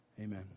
Amen